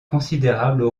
considérables